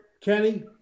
Kenny